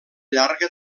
llarga